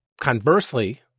Conversely